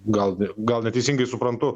gal ne gal neteisingai suprantu